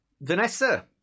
Vanessa